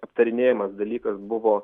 aptarinėjamas dalykas buvo